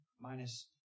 Minus